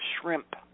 shrimp